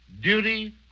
duty